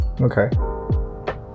Okay